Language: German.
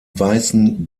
weißen